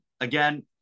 again